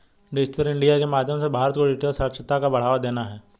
digital India के माध्यम से भारत को डिजिटल साक्षरता को बढ़ावा देना है